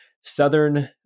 southern